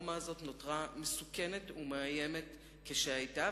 הרפורמה הזאת נותרה מסוכנת ומאיימת כשהיתה.